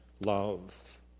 love